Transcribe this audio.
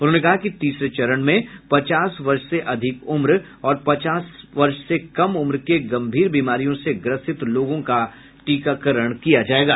उन्होंने कहा कि तीसरे चरण में पचास वर्ष से अधिक उम्र और पचास से कम उम्र के गंभीर बीमारियों से ग्रस्ति लोगों का टीकाकरण किया जायेगा